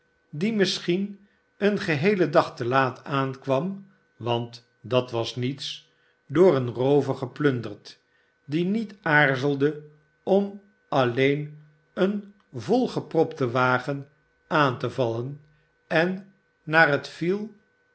die misschien een geheelen dag te laat aankwam want dat was niets door een roover geplunderd die niet aarzelde om alleen een volgepropten wagen aan te vallen en naar het viel